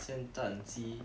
咸蛋鸡